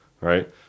right